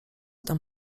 tam